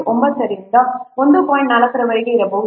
4 ರವರೆಗೆ ಇರಬಹುದು